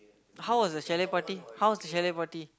how was the chalet party how was the chalet party